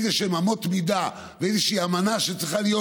איזשהן אמות מידה ואיזושהי אמנה שצריכה להיות